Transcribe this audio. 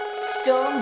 Storm